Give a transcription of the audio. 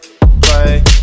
play